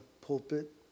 pulpit